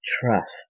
trust